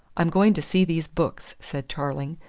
i'm going to see these books, said tarling,